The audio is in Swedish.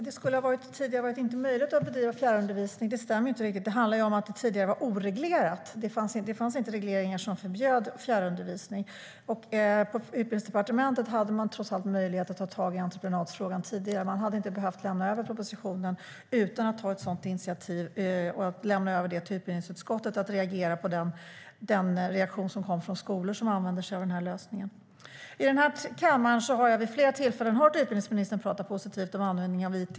Herr talman! Att det tidigare inte skulle ha varit möjligt att bedriva fjärrundervisning stämmer inte riktigt. Det handlar om att den tidigare var oreglerad. Det fanns inte regleringar som förbjöd fjärrundervisning. På Utbildningsdepartementet hade man trots allt möjlighet att ta tag i frågan om entreprenad tidigare. Man hade inte behövt lämna över propositionen utan att ta ett sådant initiativ och att lämna över till utbildningsutskottet att agera med anledning av den reaktion som kom från skolor som använder sig av denna lösning. I denna kammare har jag vid flera tillfällen hört utbildningsministern tala positivt om användning av it.